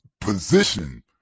position